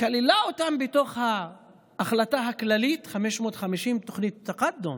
כללה אותם בתוך ההחלטה הכללית 550, תוכנית תקאדום,